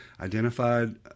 identified